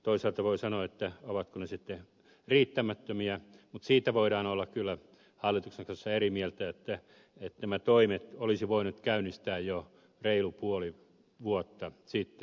toisaalta voi kysyä ovatko ne sitten riittämättömiä mutta siitä voidaan olla kyllä hallituksen kanssa eri mieltä että nämä toimet olisi voitu käynnistää jo reilu puoli vuotta sitten